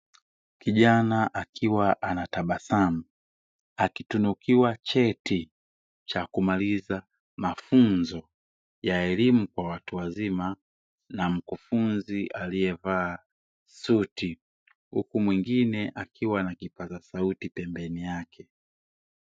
Kijana akiwa anatabasamu akitunukiwa cheti cha kumaliza mafunzo ya elimu kwa watu wazima na mkufunzi aliyevaa suti, huku mwingine akiwa na kipaza sauti pembeni yake.